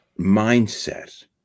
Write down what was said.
mindset